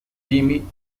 jimmy